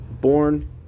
born